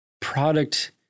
product